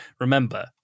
remember